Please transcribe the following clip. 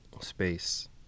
space